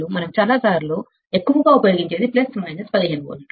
మనం చాలా సార్లు ఎక్కువగా ఉపయోగించేది ప్లస్ మైనస్ 15వోల్ట్లు